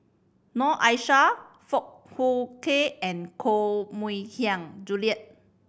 Noor Aishah Foong Fook Kay and Koh Mui Hiang Julie